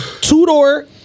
two-door